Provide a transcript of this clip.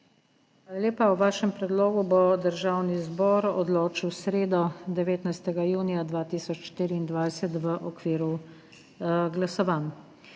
lepa. O vašem predlogu bo Državni zbor odločil v sredo, 19. junija 2024, v okviru glasovanj.